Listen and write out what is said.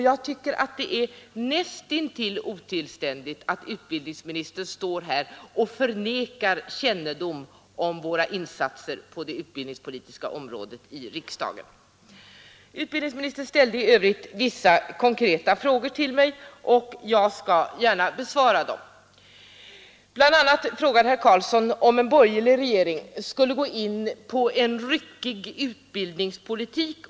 Jag tycker att det är näst intill otillständigt att utbildningsministern står här och förnekar kännedom om våra insatser i riksdagen på det utbildningspolitiska området. Utbildningsministern ställde i övrigt vissa konkreta frågor till mig, och jag skall gärna besvara dem. BI. a. frågade herr Carlsson om en borgerlig regering skulle ge sig in på en ryckig utbildningspolitik.